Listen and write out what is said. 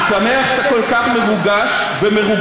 אני שמח שאתה כל כך מרוגש ומרוגז.